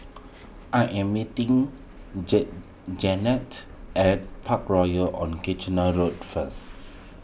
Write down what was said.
I am meeting Janette at Parkroyal on Kitchener Road first